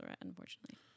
unfortunately